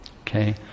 Okay